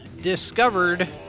discovered